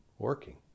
Working